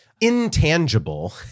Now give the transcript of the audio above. intangible